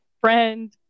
friend